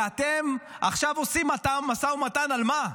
ואתם עכשיו עושים משא ומתן, על מה?